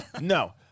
no